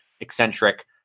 eccentric